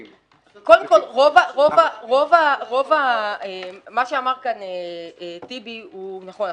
קודם כל, מה שאמר כאן טיבי רבינוביץ הוא נכון.